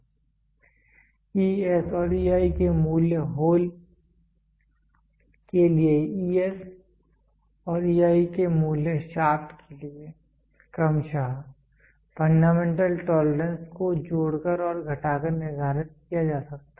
ES और EI के मूल्य होल के लिए e s और e i के मूल्य शाफ्ट के लिए हैं क्रमशः फंडामेंटल टोलरेंस को जोड़कर और घटाकर निर्धारित किया जा सकता है